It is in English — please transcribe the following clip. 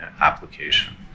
application